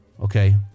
okay